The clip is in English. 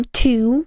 two